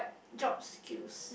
jobs skills